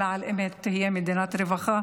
אלא על אמת תהיה מדינת רווחה,